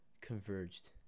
converged